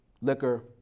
liquor